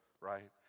right